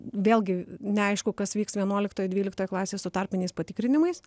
vėlgi neaišku kas vyks vienuoliktoj dvyliktoj klasėj su tarpiniais patikrinimais